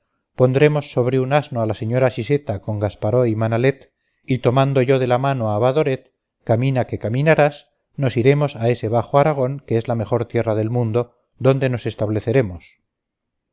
pondremos sobre un asno a la señora siseta con gasparó y manalet y tomando yo de la mano a badoret camina que caminarás nos iremos a ese bajo aragón que es la mejor tierra del mundo donde nos estableceremos